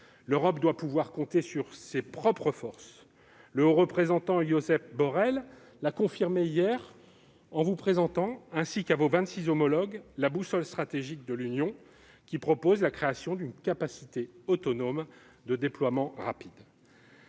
l'Europe doit pouvoir compter sur ses propres forces. Le haut représentant Josep Borrell l'a confirmé hier, en vous présentant, ainsi qu'à vos vingt-six homologues, la « boussole stratégique » de l'Union, qui vise à la création d'une capacité autonome de déploiement rapide.